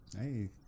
Hey